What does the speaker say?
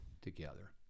together